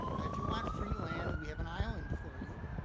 if you want free land, we have an island for you.